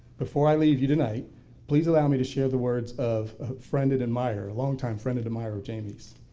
before i leave you tonight please allow me to share the words of friend and admirer a longtime friend and admirer of jamie's.